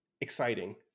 exciting